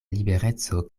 libereco